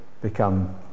become